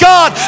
God